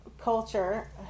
culture